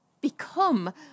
become